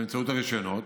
באמצעות הרישיונות,